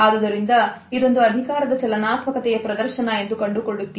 ಆದುದರಿಂದ ಇದೊಂದು ಅಧಿಕಾರದ ಚಲನಾತ್ಮಕತೆಯ ಪ್ರದರ್ಶನ ಎಂದು ಕಂಡುಕೊಳ್ಳುತ್ತೀರಿ